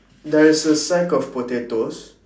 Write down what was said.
there is a sack of potatoes